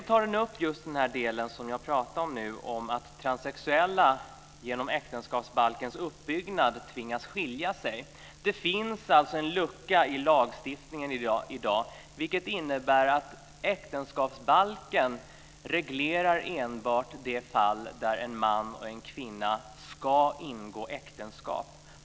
Bl.a. tas den del upp som jag talade om, att transsexuella genom äktenskapsbalkens uppbyggnad tvingas skilja sig. Det finns alltså en lucka i lagstiftningen i dag, vilket innebär att äktenskapsbalken enbart reglerar de fall där en man och en kvinna ska ingå äktenskap.